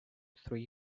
three